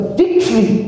victory